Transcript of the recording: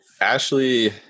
Ashley